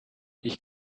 ich